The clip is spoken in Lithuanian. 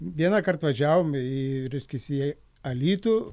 vienąkart važiavom į reiškiasi į alytų